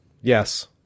Yes